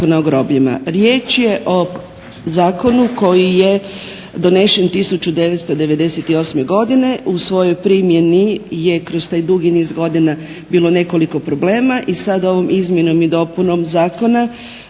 Riječ je o zakonu koji je donesen 1998.godine. u svojoj primjeni je kroz taj dugi niz godina bilo nekoliko problema i sada ovom izmjenom i dopunom zakona